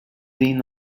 been